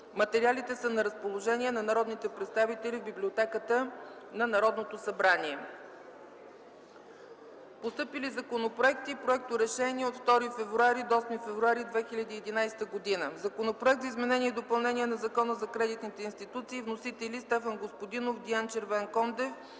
Материалите са на разположение на народните представители в Библиотеката на Народното събрание. Постъпили законопроекти и проекторешения от 2 до 8 февруари 2011 г.: Законопроект за изменение и допълнение на Закона за кредитните институции. Вносители: Стефан Господин, Диан Червенкондев